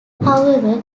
however